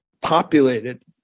populated